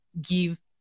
give